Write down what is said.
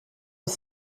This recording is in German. ist